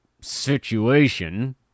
situation